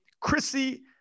Chrissy